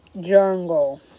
Jungle